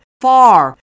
far